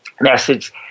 message